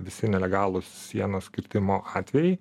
visi nelegalūs sienos kirtimo atvejai